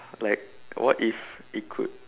like what if it could